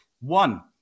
One